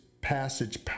passage